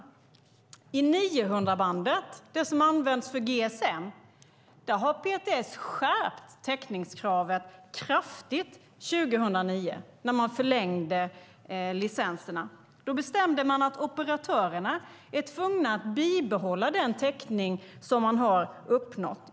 När det gäller 900-bandet, det som används för GSM, har PTS skärpt täckningskravet kraftigt 2009 när man förlängde licenserna. Då bestämde man att operatörerna är tvungna att bibehålla den täckning som man har uppnått.